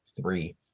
three